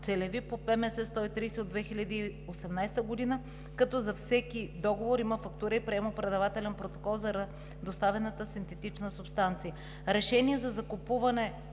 съвет № 130 от 2018 г., като за всеки договор има фактура и приемно-предавателен протокол за доставената синтетична субстанция. Решение за закупуване